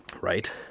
Right